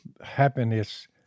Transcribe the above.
happiness